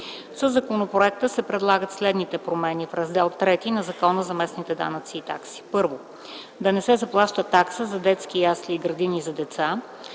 Със законопроекта се предлагат следните промени в Раздел ІІІ на Закона за местните данъци и такси: 1. Да не се заплаща такса за детски ясли и градини за деца,